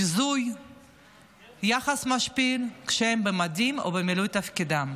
ביזוי ויחס משפיל כשהם במדים או במילוי תפקידם,